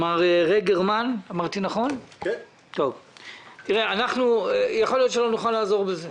מר רגרמן, יכול להיות שלא נוכל לעזור בזה.